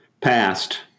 passed